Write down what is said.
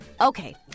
Okay